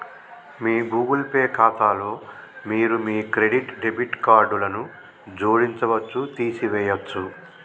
మీ Google Pay ఖాతాలో మీరు మీ క్రెడిట్, డెబిట్ కార్డులను జోడించవచ్చు, తీసివేయచ్చు